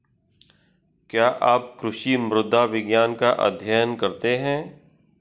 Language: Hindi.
क्या आप कृषि मृदा विज्ञान का अध्ययन करते हैं?